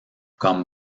comme